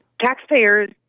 taxpayers